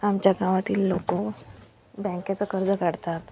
आमच्या गावातील लोकं बँकेचं कर्ज काढतात